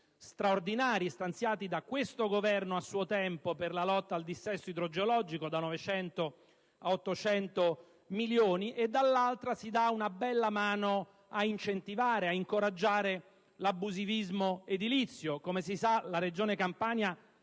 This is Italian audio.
straordinari stanziati a suo tempo da questo Governo per la lotta al dissesto idrogeologico (da 900 milioni a 800 milioni), e dall'altra si dà una bella mano ad incentivare, ad incoraggiare l'abusivismo edilizio. Come si sa, la Regione Campania